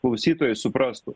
klausytojai suprastų